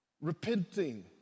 repenting